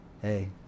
Hey